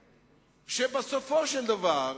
בסופו של דבר,